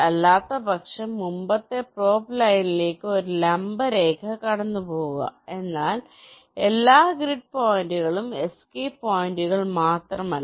അല്ലാത്തപക്ഷം മുമ്പത്തെ പ്രോബ് ലൈനിലേക്ക് ഒരു ലംബ രേഖ കടന്നുപോകുക എന്നാൽ എല്ലാ ഗ്രിഡ് പോയിന്റുകളിലും എസ്കേപ്പ് പോയിന്റുകളിൽ മാത്രമല്ല